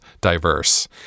diverse